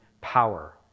power